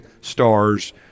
stars